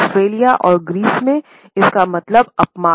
Australia और Greece मेंइसका मतलब अपमान है